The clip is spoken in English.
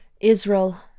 Israel